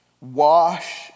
wash